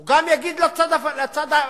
הוא גם יגיד לצד השני,